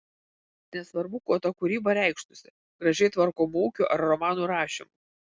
nesvarbu kuo ta kūryba reikštųsi gražiai tvarkomu ūkiu ar romanų rašymu